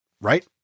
Right